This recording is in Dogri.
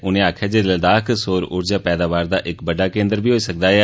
उनें आखेआ जे लद्दाख सौर उर्जा पैदावार दा इक बड्डा केन्द्र बी बनी सकदा ऐ